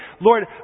Lord